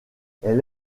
elle